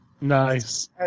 Nice